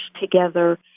together